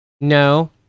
No